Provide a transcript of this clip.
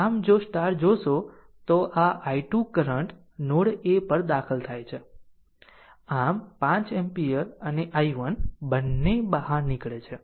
આમ જો જોશો તો આમ આ i2 કરંટ નોડ a પર દાખલ થાય છે આમ 5 એમ્પીયર અને i1 બંને બહાર નીકળે છે